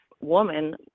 woman